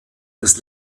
des